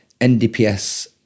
NDPS